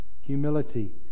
humility